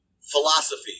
philosophy